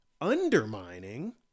undermining